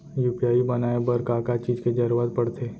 UPI बनाए बर का का चीज के जरवत पड़थे?